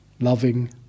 loving